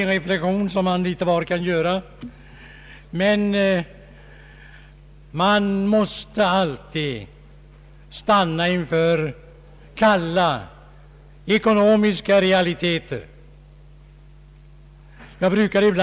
Den reflexionen kan man göra litet var, men vi måste alltid stanna inför kalla ekonomiska realiteter.